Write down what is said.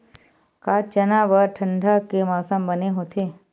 का चना बर ठंडा के मौसम बने होथे?